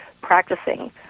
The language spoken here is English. practicing